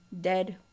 dead